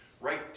right